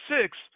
Six